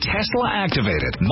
Tesla-activated